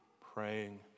praying